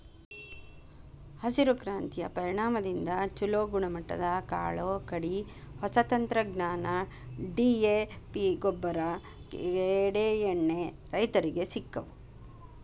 ಹಸಿರು ಕ್ರಾಂತಿಯ ಪರಿಣಾಮದಿಂದ ಚುಲೋ ಗುಣಮಟ್ಟದ ಕಾಳು ಕಡಿ, ಹೊಸ ತಂತ್ರಜ್ಞಾನ, ಡಿ.ಎ.ಪಿಗೊಬ್ಬರ, ಕೇಡೇಎಣ್ಣಿ ರೈತರಿಗೆ ಸಿಕ್ಕವು